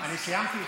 אני סיימתי?